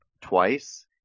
twice